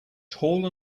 tall